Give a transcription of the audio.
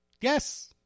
Yes